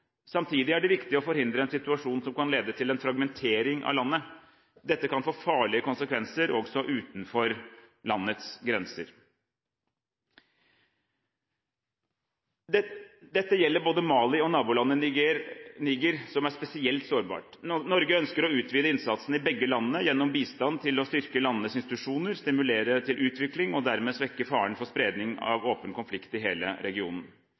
Samtidig er det viktig å forhindre en situasjon som kan lede til en fragmentering av landet. Dette kan få farlige konsekvenser også utenfor landets grenser. Dette gjelder både Mali og nabolandet Niger, som er spesielt sårbart. Norge ønsker å utvide innsatsen i begge landene gjennom bistand til å styrke landenes institusjoner, stimulere til utvikling, og dermed svekke faren for spredning av åpen konflikt i hele regionen.